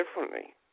differently